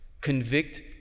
Convict